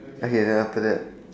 okay then after that